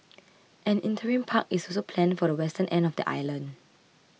an interim park is also planned for the western end of the island